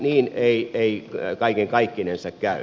niin ei kaiken kaikkinensa käy